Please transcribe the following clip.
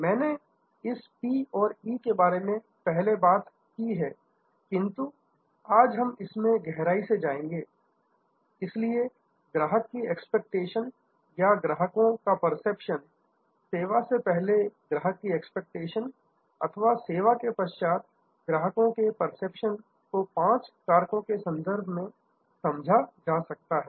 मैंने इस पी और ई के बारे में पहले बात की है किंतु आज हम इसमें गहराई से जाएंगे इसलिए ग्राहक की एक्सपेक्टेशन या ग्राहकों का परसेप्शन सेवा से पहले ग्राहक की एक्सपेक्टेशन अथवा सेवा के पश्चात ग्राहकों के परसेप्शन को पांच कारकों के संदर्भ में समझा जा सकता है